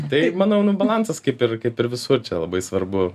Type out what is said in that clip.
tai manau nu balansas kaip ir kaip ir visur čia labai svarbu